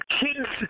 kids